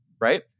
right